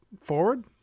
Forward